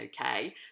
okay